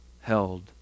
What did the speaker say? held